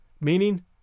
meaning